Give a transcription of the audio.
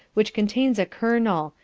which contains a kernel,